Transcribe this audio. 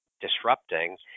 disrupting